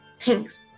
Thanks